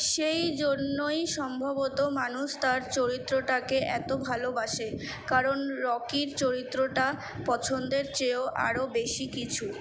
সেই জন্যই সম্ভবত মানুষ তার চরিত্রটাকে এত ভালোবাসে কারণ রকির চরিত্রটা পছন্দের চেয়েও আরও বেশি কিছু